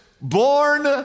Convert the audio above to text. born